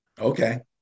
Okay